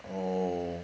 oh